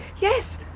Yes